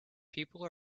people